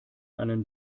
einen